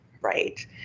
right